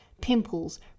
pimples